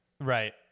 Right